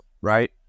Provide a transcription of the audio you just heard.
right